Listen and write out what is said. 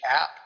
app